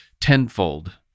tenfold